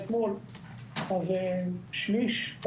ירידה של כשליש,